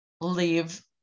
leave